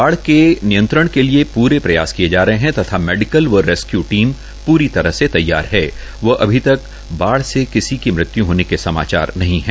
बाढ़ में नियंत्रण के लिए प्रे प्रयास किये जा रहे है तथा मेडिकल व रेस्क्यू टीम प्री तरह से तैयार है व अभी तक बाढ़ से किसी मृत्य् होने के समाचार नहीं है